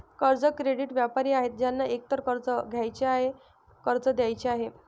पैसे, क्रेडिटचे व्यापारी आहेत ज्यांना एकतर कर्ज घ्यायचे आहे, कर्ज द्यायचे आहे